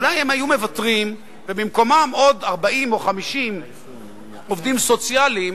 אולי הם היו מוותרים ובמקומם עוד 40 או 50 עובדים סוציאליים